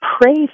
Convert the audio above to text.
Pray